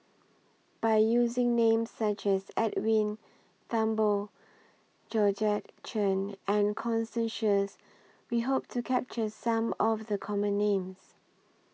By using Names such as Edwin Thumboo Georgette Chen and Constance Sheares We Hope to capture Some of The Common Names